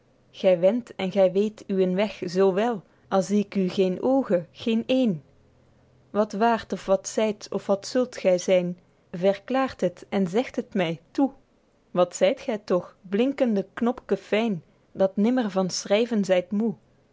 gy wendt en gy weet uwen weg zoo wel al zie k u geen ooge geen één wat waert of wat zyt of wat zult gy zyn verklaer het en zeg het my toe wat zyt gy toch blinkende knopke fyn dat nimmer van schryven zyt moe